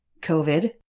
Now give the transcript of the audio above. COVID